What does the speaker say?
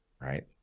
right